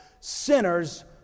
sinners